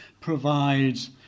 provides